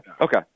okay